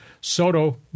Soto